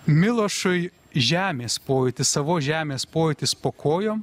milošui žemės pojūtis savos žemės pojūtis po kojom